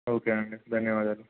okay అండి ధన్యవాదాలు